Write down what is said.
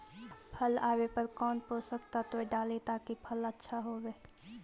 फल आबे पर कौन पोषक तत्ब डाली ताकि फल आछा होबे?